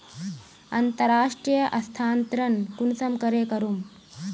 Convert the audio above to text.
अंतर्राष्टीय स्थानंतरण कुंसम करे करूम?